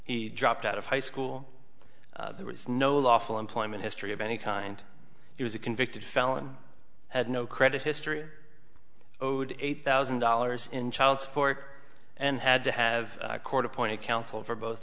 he dropped out of high school there was no lawful employment history of any kind he was a convicted felon had no credit history owed eight thousand dollars in child support and had to have a court appointed counsel for both